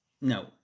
no